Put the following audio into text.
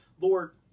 Lord